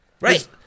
Right